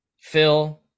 Phil